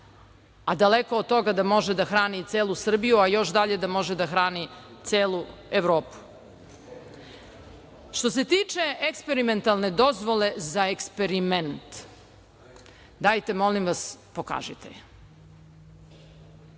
a daleko od toga da može da hrani celu Srbiju, a još dalje da može da hrani celu Evropu. Što se tiče eksperimentalne dozvole za eksperiment, dajte molim vas pokažite